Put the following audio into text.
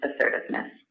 assertiveness